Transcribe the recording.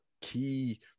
key